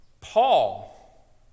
Paul